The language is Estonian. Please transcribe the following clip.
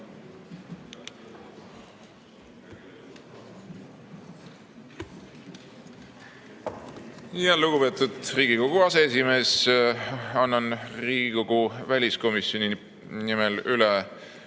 Lugupeetud Riigikogu aseesimees! Annan Riigikogu väliskomisjoni nimel üle